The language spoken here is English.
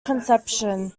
conception